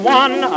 one